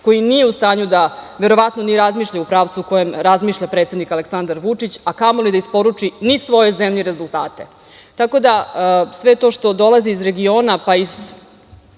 koji nije u stanju da verovatno ni razmišlja u pravcu u kojem razmišlja predsednik Aleksandar Vučić, a kamoli da isporuči ni svojoj zemlji rezultate. Sve to što dolazi iz regiona, pa i